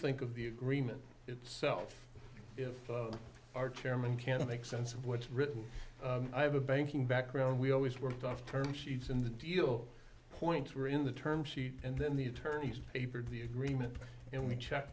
think of the agreement itself if our chairman can make sense of what's written i have a banking background we always worked off term sheets in the deal points were in the term sheet and then the attorneys paper the agreement and we check